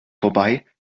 vorbei